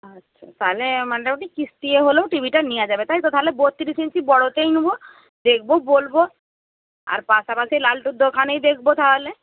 আচ্ছা তাহলে মানে ওটা কিস্তি হলেও টিভিটা নেওয়া যাবে তাই তো তাহলে বত্রিশ ইঞ্চি বড়োটাই নোবো দেখবো বলবো আর পাশাপাশি লালটুর দোকানেই দেখবো তাহলে